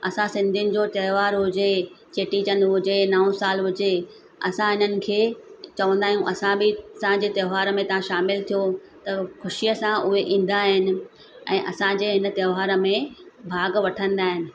असां सिंधियुनि जो तोहार हुजे चेटीचंड हुजे नओ साल हुजे असां हिनखे चवंदा आहियूं असां बि असांजे तोहार में शामिलु थियो त ख़ुशिअ सां उहे ईंदा आहिनि ऐं असांजे हिन तोहार में भाग वठंदा आहिनि